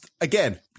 again